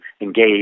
engage